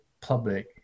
public